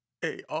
hey